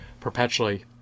perpetually